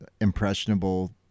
impressionable